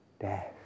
Death